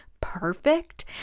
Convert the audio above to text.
perfect